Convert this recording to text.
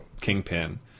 kingpin